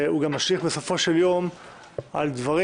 והוא גם משליך בסופו של יום על דברים